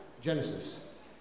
genesis